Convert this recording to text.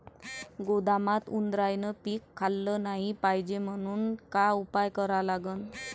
गोदामात उंदरायनं पीक खाल्लं नाही पायजे म्हनून का उपाय करा लागन?